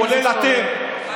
כולל אתם,